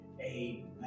amen